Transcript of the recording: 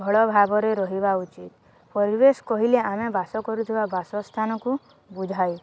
ଭଲ ଭାବରେ ରହିବା ଉଚିତ୍ ପରିବେଶ କହିଲେ ଆମେ ବାସ କରୁଥିବା ବାସସ୍ଥାନକୁ ବୁଝାଇ